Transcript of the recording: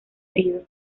herido